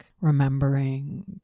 remembering